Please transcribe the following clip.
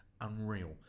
Unreal